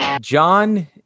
john